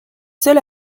seule